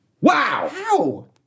Wow